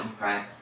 right